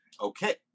Okay